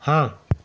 हाँ